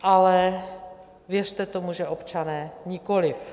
Ale věřte tomu, že občané nikoliv.